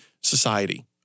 society